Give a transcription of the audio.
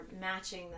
matching